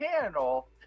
channel